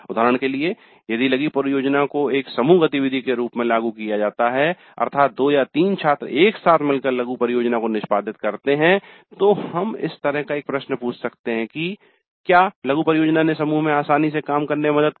उदाहरण के लिए यदि लघु परियोजना को एक समूह गतिविधि के रूप में लागू किया जाता है अर्थात 2 या 3 छात्र एक साथ मिलकर लघु परियोजना को निष्पादित करते हैं तो हम इस तरह का एक प्रश्न पूछ सकते हैं की क्या लघु परियोजना ने समूह में आसानी से काम करने में मदद की